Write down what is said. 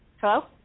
Hello